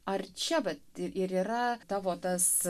ar čia vat ir yra tavo tas